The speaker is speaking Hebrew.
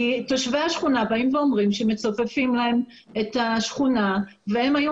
תושבי השכונה באים ואומרים שמצופפים להם את השכונה והם היו